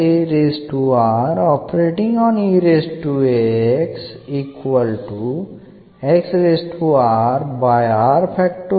തുടർന്ന് എന്നെഴുതുന്നു